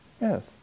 Yes